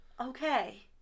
okay